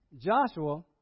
Joshua